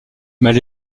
mais